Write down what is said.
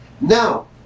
Now